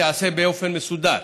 24 בעד, אין מתנגדים,